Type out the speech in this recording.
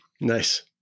nice